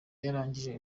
yarangije